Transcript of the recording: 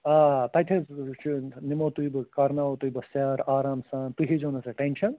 آ تتہِ حظ نِمہو تُہۍ بہٕ کرناوہو تُہۍ بہٕ سیر آرام سان تُہۍ ہیزیٛو نہٕ سُہ ٹیٚنشَن